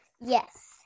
Yes